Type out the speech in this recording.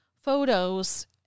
photos